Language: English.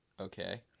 Okay